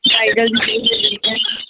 bridal jewellery ਖਰੀਦਣੀ ਆ